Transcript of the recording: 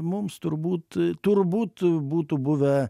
mums turbūt turbūt būtų buvę